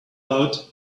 out